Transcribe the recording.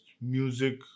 music